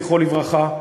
זכרו לברכה,